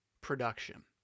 production